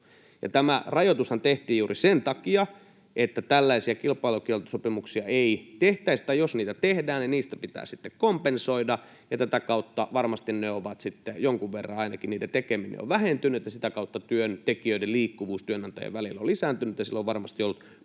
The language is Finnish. Tämä rajoitushan tehtiin juuri sen takia, että tällaisia kilpailukieltosopimuksia ei tehtäisi, tai jos niitä tehdään, niin niistä pitää sitten kompensoida. Tätä kautta varmasti niiden tekeminen on ainakin jonkun verran vähentynyt ja sitä kautta työntekijöiden liikkuvuus työnantajien välillä on lisääntynyt, ja sillä on varmasti ollut